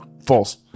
false